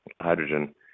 hydrogen